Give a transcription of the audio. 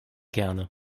gerne